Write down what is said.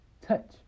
touch